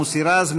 מוסי רז.